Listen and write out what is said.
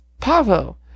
Pavo